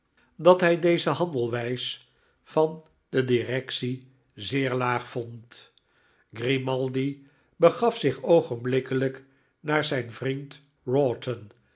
dat hij deze handelwijs van de directie zeer laag vond grimaldi begaf zich oogenblikkelijk naar zijn vriend